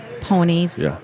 ponies